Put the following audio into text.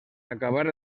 acabar